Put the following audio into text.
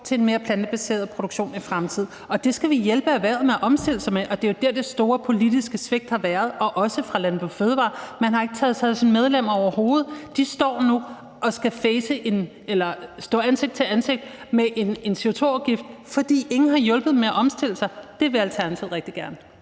til en mere plantebaseret produktion i fremtiden. Det skal vi hjælpe erhvervet med at omstille sig til, og det er jo der, hvor det store politiske svigt har været, og hvor også Landbrug & Fødevarer har svigtet. Man har overhovedet ikke taget sig af sine medlemmer. De står nu ansigt til ansigt med en CO2-afgift, fordi ingen har hjulpet dem med at omstille sig, og det vil Alternativet rigtig gerne